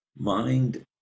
mind